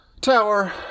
tower